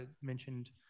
mentioned